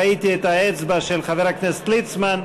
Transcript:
ראיתי את האצבע של חבר הכנסת ליצמן,